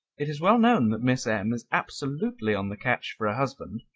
it is well known that miss m. is absolutely on the catch for a husband,